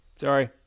Sorry